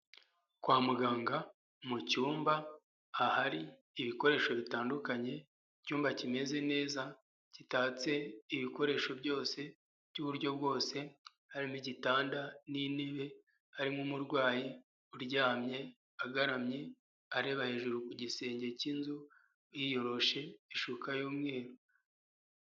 Kwa muganga mu cyumba ahari ibikoresho bitandukanye, icyumba kimeze neza gitatse ibikoresho byose by'uburyo bwose, hari n'igitanda n'intebe, harimo umurwayi uryamye agaramye areba hejuru ku gisenge cy'inzu yiyoroshe ishuka y'umweru.